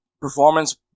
performance